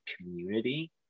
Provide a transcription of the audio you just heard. community